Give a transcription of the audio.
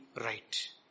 right